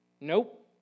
Nope